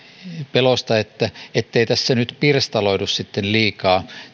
pelosta ettei tässä nyt pirstaloidu liikaa